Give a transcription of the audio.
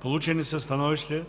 Получени са становища